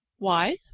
why?